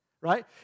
right